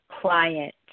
quiet